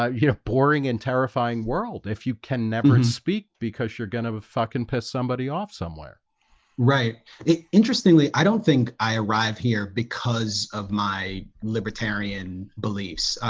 um you know, boring and terrifying world if you can never speak because you're gonna fucking piss somebody off somewhere right interestingly, i don't think i arrive here because of my libertarian beliefs, ah,